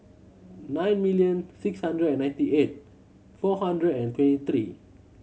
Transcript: nine million six hundred and ninety eight four hundred and twenty three